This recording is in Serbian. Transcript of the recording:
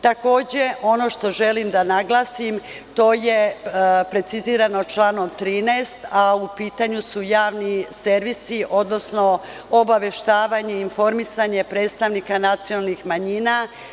Takođe, ono što želim da naglasim, to je precizirano članom 13, a u pitanju su javni servisi, odnosno obaveštavanje, informisanje predstavnika nacionalnih manjina.